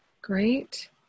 great